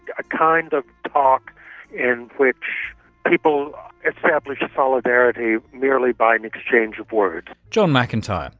a kind of talk in which people established solidarity merely by an exchange of words. john mcintyre,